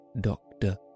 Doctor